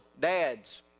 dads